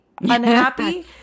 unhappy